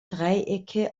dreiecke